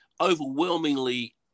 overwhelmingly